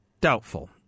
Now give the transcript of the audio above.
Doubtful